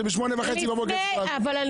שבשמונה וחצי בבוקר --- אגב,